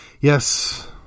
yes